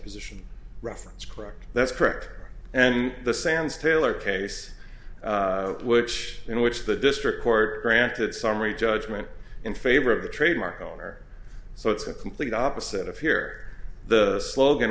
deposition reference correct that's correct and the sands taylor case which in which the district court granted summary judgment in favor of the trademark owner so it's a complete opposite of here the slogan